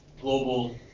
global